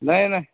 नहि नहि